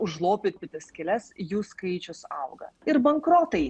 užlopyti tas skyles jų skaičius auga ir bankrotai